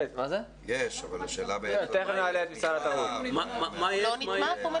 הוא לא נתמך?